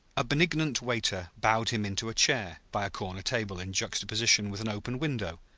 a benignant waiter bowed him into a chair by a corner table in juxtaposition with an open window,